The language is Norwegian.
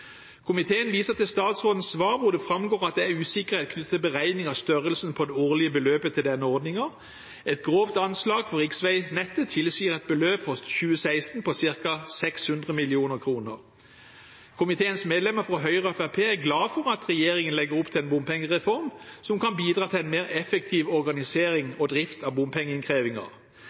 Komiteen viser til statsrådens svar, hvor det framgår at det er usikkerhet knyttet til beregning av størrelsen på det årlige beløpet til denne ordningen. Et grovt anslag for riksveinettet tilsier et beløp for 2016 på ca. 600 mill. kr. Komiteens medlemmer fra Høyre og Fremskrittspartiet er glade for at regjeringen legger opp til en bompengereform som kan bidra til en mer effektiv